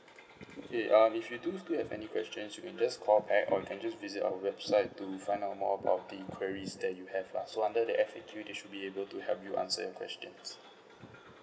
okay um if you do do have any questions you can just call back or you can just visit our website to find out more about the queries that you have lah so under the F_A_Q they should be able to help you answer your question